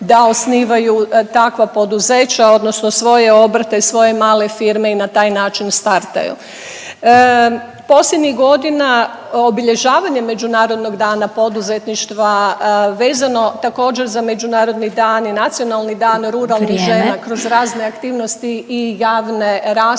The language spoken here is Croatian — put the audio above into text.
da osnivaju takva poduzeća, odnosno svoje male firme i na taj način startaju. Posljednjih godina obilježavanje međunarodnog dana poduzetništva vezano također, za međunarodni dan i nacionalni dan ruralnih žena … .../Upadica: Vrijeme./...